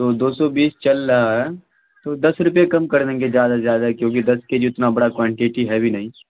تو دو سو بیس چل رہا ہے تو دس روپئے کم کر دیں گے زیادہ سے زیادہ کیونکہ دس کے جی اتنا بڑا کوانٹٹی ہے بھی نہیں